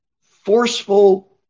forceful